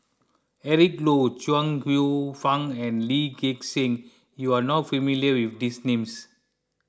Eric Low Chuang Hsueh Fang and Lee Gek Seng you are not familiar with these names